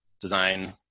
design